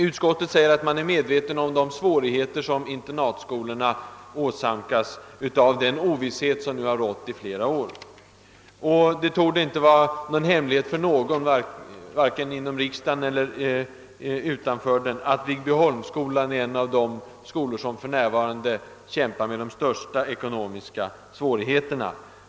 Utskottet säger att det är medvetet om de svårigheter som internatskolorna åsamkas av den ovisshet som nu har rått under flera år. Det torde inte vara någon hemlighet för någon, varken inom riksdagen eller utanför den, att Viggbyholmsskolan är en av de skolor som för närvarande kämpar med de största ekonomiska svårigheterna.